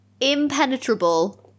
Impenetrable